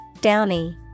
Downy